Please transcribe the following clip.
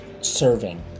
serving